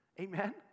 Amen